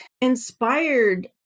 inspired